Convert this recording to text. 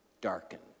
darkened